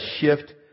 shift